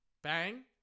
bang